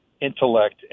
intellect